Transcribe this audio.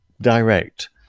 direct